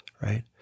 right